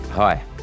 Hi